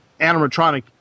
animatronic